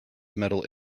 metal